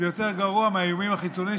זה יותר גרוע מהאיומים החיצוניים,